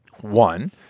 One